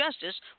Justice